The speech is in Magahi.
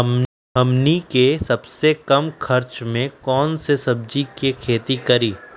हमनी के सबसे कम खर्च में कौन से सब्जी के खेती करी?